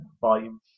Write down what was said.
volume